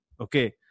Okay